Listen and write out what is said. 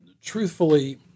truthfully